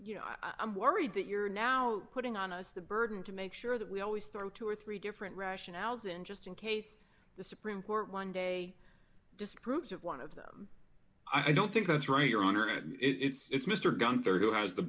you know i'm worried that you're now putting on us the burden to make sure that we always throw two or three different rationales in just in case the supreme court one day disapproves of one of them i don't think that's right your honor it's mr gunn rd who has the